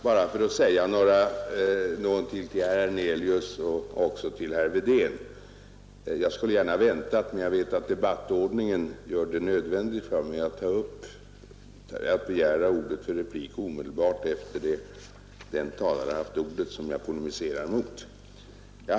Herr talman! Jag tar till orda bara för att bemöta herr Hernelius och även herr Wedén. Jag skulle gärna ha väntat, men jag vet att debattordningen gör det nödvändigt för mig att begära ordet för replik omedelbart efter det att den talare haft ordet som jag polemiserar mot.